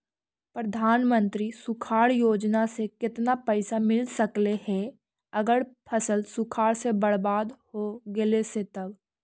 प्रधानमंत्री सुखाड़ योजना से केतना पैसा मिल सकले हे अगर फसल सुखाड़ से बर्बाद हो गेले से तब?